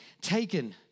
taken